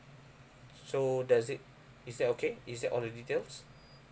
so does it is that okay is that all the details